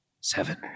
Seven